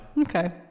Okay